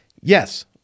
yes